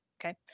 okay